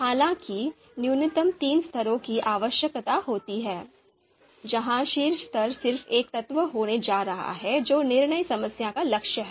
हालांकि न्यूनतम तीन स्तरों की आवश्यकता होती है जहां शीर्ष स्तर सिर्फ एक तत्व होने जा रहा है जो निर्णय समस्या का लक्ष्य है